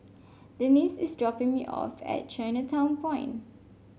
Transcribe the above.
Denice is dropping me off at Chinatown Point